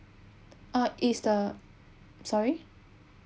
uh it's the sorry